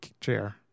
chair